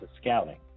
scouting